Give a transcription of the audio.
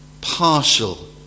partial